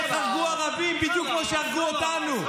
איך הרגו ערבים בדיוק כמו שהרגו אותנו,